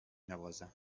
نوازم